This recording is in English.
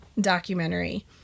documentary